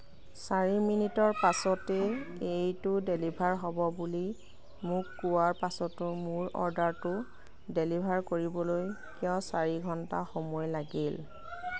চাৰি মিনিটৰ পাছতে এইটো ডেলিভাৰ হ'ব বুলি মোক কোৱাৰ পাছতো মোৰ অৰ্ডাৰটো ডেলিভাৰ কৰিবলৈ কিয় চাৰি ঘণ্টা সময় লাগিল